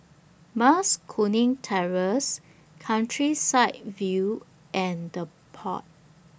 Mas Kuning Terrace Countryside View and The Pod